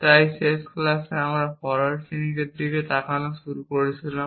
তাই শেষ ক্লাসে আমরা ফরোয়ার্ড চেইনিংয়ের দিকে তাকানো শুরু করেছিলাম